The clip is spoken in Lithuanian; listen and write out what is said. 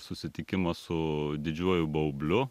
susitikimas su didžiuoju baubliu